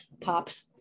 pops